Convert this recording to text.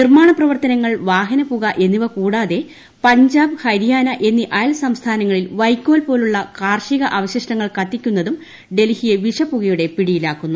നിർമാണപ്രവർത്തനങ്ങൾ വാഹനപുകഎന്നിവ കൂടാതെ പഞ്ചാബ്ഹരിയാന എന്നീ അയൽ സംസ്ഥാനങ്ങളിൽ വൈക്കോൽ പോലുള്ള കാർഷിക വിഷപ്പുകയുടെ അവശിഷ്ടങ്ങൾ കത്തിക്കുന്നതും ഡൽഹിയെ പിടിയിലാക്കുന്നു